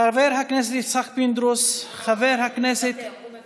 חבר הכנסת יצחק פינדרוס, מוותר?